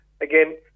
again